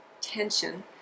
tension